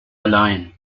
allein